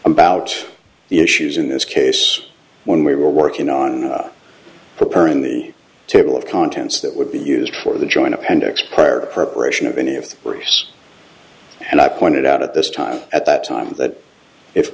the issues in this case when we were working on preparing the table of contents that would be used for the joint appendix prior perpetration of any of the groups and i pointed out at this time at that time that if